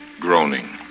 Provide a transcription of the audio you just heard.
groaning